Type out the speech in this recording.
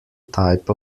type